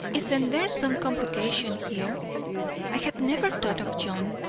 isn't there some complication here i had never thought of john,